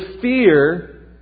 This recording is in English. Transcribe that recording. fear